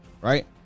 Right